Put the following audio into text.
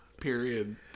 Period